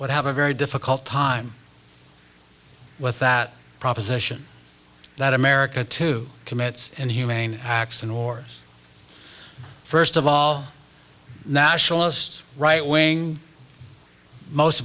would have a very difficult time with that proposition that america to commit and humane acts and wars first of all nationalist right wing most